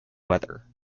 weather